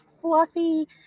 fluffy